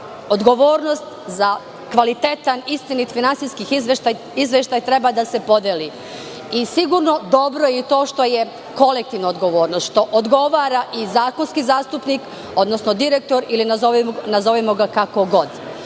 odgovornost za kvalitetan, istinit finansijski izveštaj treba da se podeli, i sigurno dobro je to što je kolektivna odgovornost, što odgovara i zakonski zastupnik, odnosno direktor ili nazovimo ga kako god.